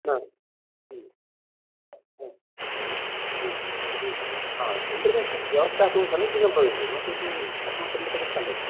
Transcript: आ आ इन्टेर्नेट् व्यवस्था तु समीचीनं भवेत् नो चेत् अस्माकं कृते कष्टं भवति